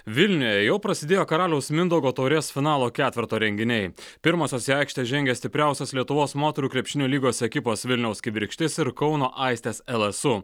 vilniuje jau prasidėjo karaliaus mindaugo taurės finalo ketverto renginiai pirmosios į aikštę žengia stipriausios lietuvos moterų krepšinio lygos ekipos vilniaus kibirkštis ir kauno aistės lsu